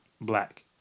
black